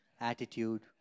attitude